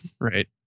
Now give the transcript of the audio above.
Right